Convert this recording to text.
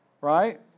right